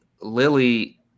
Lily